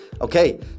Okay